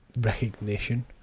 recognition